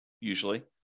usually